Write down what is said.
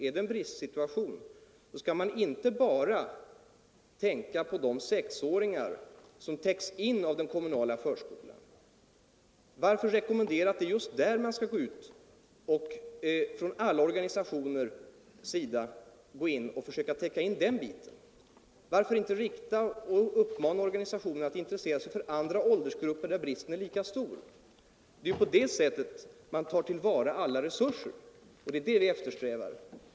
Är det en bristsituation, så bör man inte bara tänka på de sexåringar som täcks in av den kommunala förskolan. Varför rekommendera att man från organisationernas sida samtidigt skall försöka täcka in just den biten? Varför inte uppmana organisationerna att intressera sig för andra åldersgrupper där bristen är större? Det är på det sättet man tar till vara alla resurser, och det är det vi eftersträvar.